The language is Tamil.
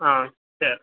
ஆ சேரி